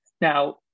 now